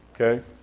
Okay